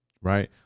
Right